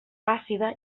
àcida